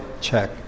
check